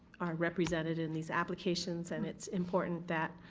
represented in these applications and it's important that,